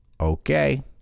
Okay